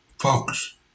Folks